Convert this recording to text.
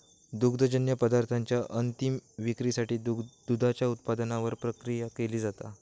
दुग्धजन्य पदार्थांच्या अंतीम विक्रीसाठी दुधाच्या उत्पादनावर प्रक्रिया केली जाता